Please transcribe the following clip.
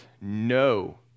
no